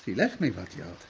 left me, rudyard.